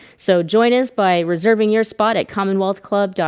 so join us by reserving your spot at commonwealth club,